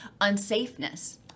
unsafeness